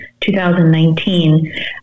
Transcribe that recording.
2019